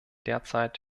derzeit